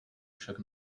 však